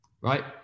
right